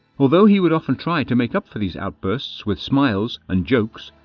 although he would often try to make up for these outbursts with smiles and jokes,